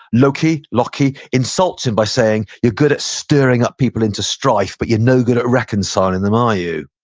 loki loki insults him by saying, you're good at stirring up people into strife, but you're no good at reconciling them, are you?